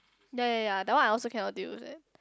ya ya ya that one I also cannot deal with it